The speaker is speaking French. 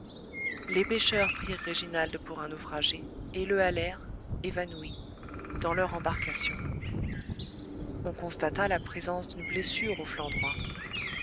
les pêcheurs prirent réginald pour un naufragé et le halèrent évanoui dans leur embarcation on constata la présence d'une blessure au flanc droit